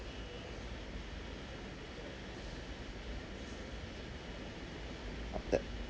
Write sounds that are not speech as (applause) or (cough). (noise)